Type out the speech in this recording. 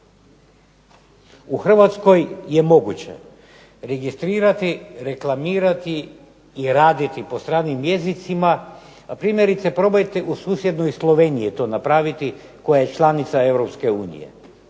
U Hrvatskoj je moguće registrirati, reklamirati i raditi po stranim jezicima, a primjerice probajte u susjednoj Sloveniji to napraviti koja je članica